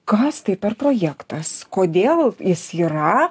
kas tai per projektas kodėl jis yra